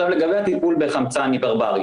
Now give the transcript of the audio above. לגבי הטיפול בחמצן היפרברי